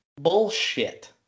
Bullshit